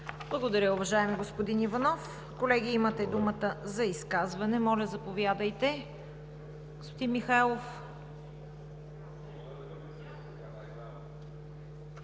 Благодаря, уважаеми господин Иванов. Колеги, имате думата за изказване. Моля, заповядайте. Господин Михайлов?